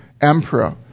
Emperor